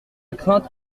crainte